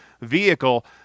vehicle